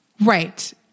right